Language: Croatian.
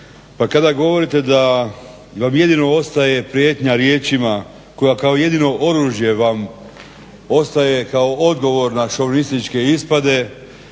Pa kada govorite da vam jedino ostaje prijetnja riječima koja kao jedino oružje vam ostaje kao odgovor na šovinističke ispade